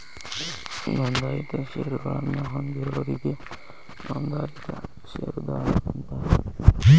ನೋಂದಾಯಿತ ಷೇರಗಳನ್ನ ಹೊಂದಿದೋರಿಗಿ ನೋಂದಾಯಿತ ಷೇರದಾರ ಅಂತಾರ